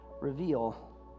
reveal